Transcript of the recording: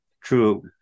true